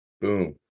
boom